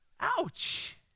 Ouch